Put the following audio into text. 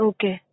Okay